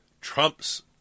Trump's